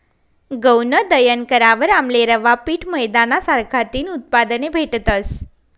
गऊनं दयन करावर आमले रवा, पीठ, मैदाना सारखा तीन उत्पादने भेटतस